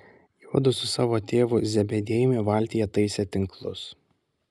juodu su savo tėvu zebediejumi valtyje taisė tinklus